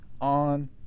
on